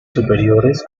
superiores